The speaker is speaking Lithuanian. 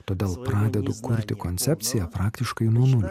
todėl pradedu kurti koncepciją praktiškai nuo nulio